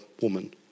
woman